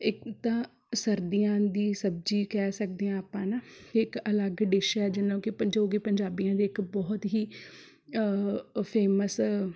ਇਕ ਤਾਂ ਸਰਦੀਆਂ ਦੀ ਸਬਜ਼ੀ ਕਹਿ ਸਕਦੇ ਹਾਂ ਆਪਾਂ ਨਾ ਇੱਕ ਅਲੱਗ ਡਿਸ਼ ਹੈ ਜਿਹਨੂੰ ਕਿ ਜੋ ਕਿ ਪੰਜਾਬੀਆਂ ਦੀ ਇੱਕ ਬਹੁਤ ਹੀ ਅ ਫੇਮਸ